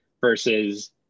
versus